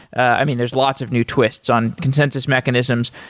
i mean, there's lots of new twists on consensus mechanisms.